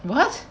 what